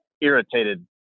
irritated